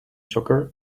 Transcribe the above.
soccer